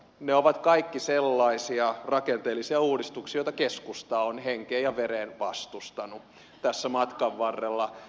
ne ovat kaikki sellaisia rakenteellisia uudistuksia joita keskusta on henkeen ja vereen vastustanut tässä matkan varrella